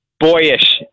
Boyish